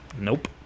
Nope